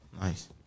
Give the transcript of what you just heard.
Nice